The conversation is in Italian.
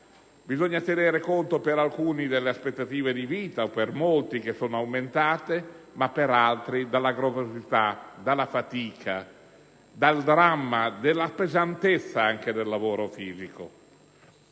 Bisogna tenere conto per alcuni delle aspettative di vita - che per molti sono aumentate - ma per altri della gravosità, della fatica, del dramma e della pesantezza del lavoro fisico;